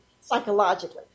psychologically